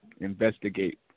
investigate